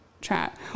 chat